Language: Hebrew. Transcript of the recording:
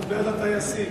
להעביר את הצעת חוק הטיס,